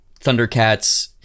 Thundercats